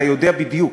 אתה יודע בדיוק,